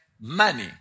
money